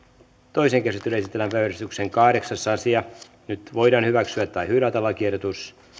toiseen käsittelyyn esitellään päiväjärjestyksen kahdeksas asia nyt voidaan hyväksyä tai hylätä lakiehdotus